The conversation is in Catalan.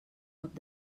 cop